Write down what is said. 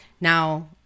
Now